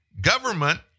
government